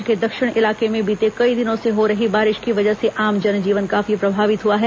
राज्य के दक्षिणी इलाके में बीते कई दिनों से हो रही बारिश की वजह से आम जन जीवन काफी प्रभावित हुआ है